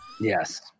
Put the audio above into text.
Yes